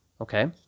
okay